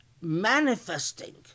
manifesting